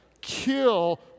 Kill